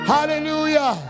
Hallelujah